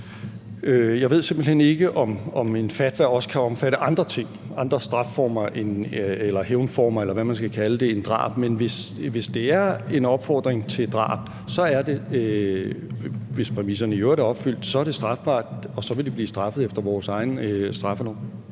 Jeg ved simpelt hen ikke, om en fatwa også kan omfatte andre ting, altså andre strafformer eller hævnformer, eller hvad man skal kalde det, end drab, men hvis det er en opfordring til drab – og præmisserne i øvrigt er opfyldt – er det strafbart, og så vil det blive straffet efter vores egen straffelov.